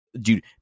dude